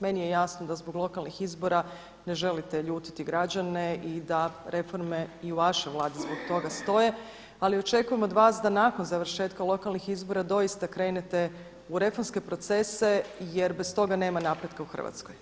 Meni je jasno da zbog lokalnih izbora ne želite ljutiti građane i da reforme i u vašoj Vladi zbog toga stoje, ali očekujem od vas da nakon završetka lokalnih izbora doista krenete u reformske procese jer bez toga nema napretka u Hrvatskoj.